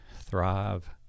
thrive